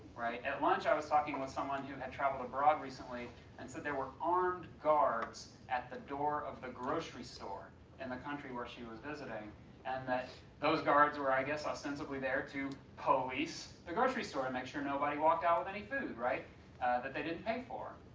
at lunch i was talking with someone who had travelled abroad recently and said there were armed guards at the door of the grocery store in the country where she was visiting and that those guards were, i guess, extensively there to police the grocery store and make sure that nobody walked out with any food that they didn't pay for.